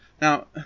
now